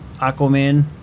Aquaman